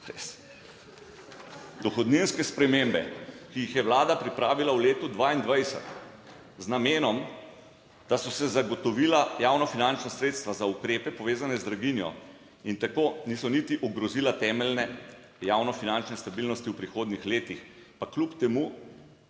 Res. Dohodninske spremembe, ki jih je Vlada pripravila v letu 2022 z namenom, da so se zagotovila javno finančna sredstva za ukrepe povezane z draginjo in tako niso niti ogrozila temeljne javno finančne stabilnosti v prihodnjih letih, pa kljub temu